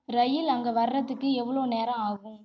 ரயில் அங்கே வர்றதுக்கு எவ்வளோ நேரம் ஆகும்